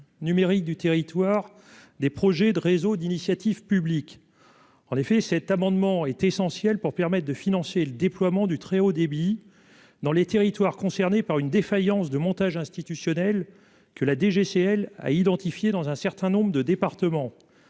Numérique du territoire des projets de réseaux d'initiative publique. En effet, cet amendement est essentielle pour permettre de financer le déploiement du très haut débit. Dans les territoires concernés par une défaillance de montage institutionnel que la DGCL a identifié dans un certain nombre de départements